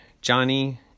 Johnny